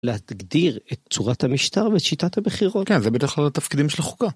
להגדיר את צורת המשטר ואת שיטת הבחירות. כן, זה בדרך כלל התפקידים של החוקה.